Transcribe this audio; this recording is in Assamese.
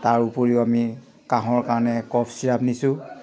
তাৰ উপৰিও আমি কাঁহৰ কাৰণে কফ চিৰাপ নিছোঁ